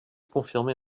confirmée